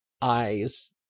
eyes